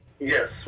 Yes